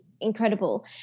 incredible